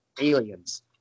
aliens